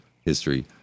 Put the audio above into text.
history